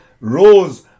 rose